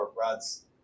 Rod's